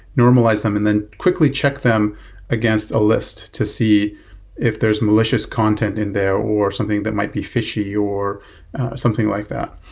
normalize them and then quickly check them against a list to see if there's malicious content in there or something that might be fishy or something like that.